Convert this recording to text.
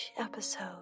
episode